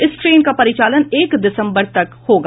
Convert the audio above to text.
इस ट्रेन का परिचालन एक दिसम्बर तक होगा